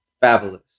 fabulous